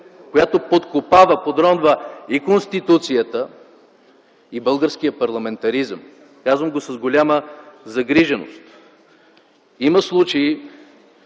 която подкопава, подронва и Конституцията, и българския парламентаризъм. Казвам го с голяма загриженост. Има случаи,